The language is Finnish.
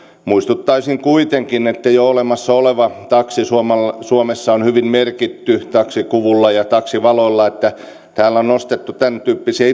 muistuttaisin kuitenkin että jo olemassa oleva taksi suomessa on hyvin merkitty taksikuvulla ja taksivalolla tässä hallituksen esityksessä on nostettu tämäntyyppisiä